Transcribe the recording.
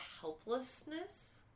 helplessness